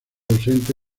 ausente